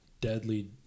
deadly